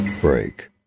break